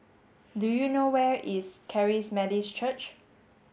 do you know where is Charis Methodist Church